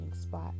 spot